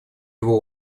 его